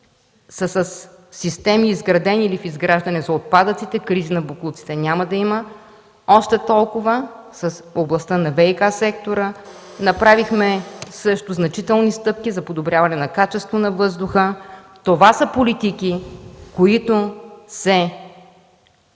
със системи, изградени или в изграждане, за отпадъците. Криза на боклуците няма да има. Още толкова – в областта на ВиК сектора. Направихме също значителни стъпки за подобряване на качеството на въздуха. Това са политики, които се